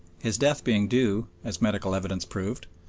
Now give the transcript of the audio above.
his death being due, as medical evidence proved,